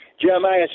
jeremiah